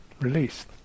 released